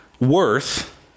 worth